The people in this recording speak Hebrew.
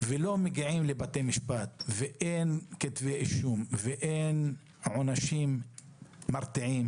ולא מגיעים לבתי משפט ואין כתבי אישום ואין עונשים מרתיעים